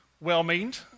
Well-meaned